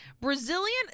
Brazilian